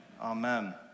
Amen